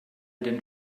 denn